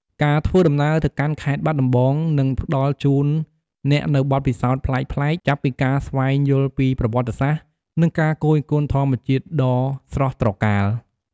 ការធ្វើដំណើរទៅកាន់ខេត្តបាត់ដំបងនឹងផ្តល់ជូនអ្នកនូវបទពិសោធន៍ប្លែកៗ ចាប់ពីការស្វែងយល់ពីប្រវត្តិសាស្ត្រ និងការគយគន់ធម្មជាតិដ៏ស្រស់ត្រកាល។